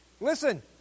Listen